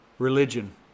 Religion